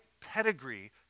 pedigree